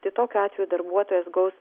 tai tokiu atveju darbuotojas gaus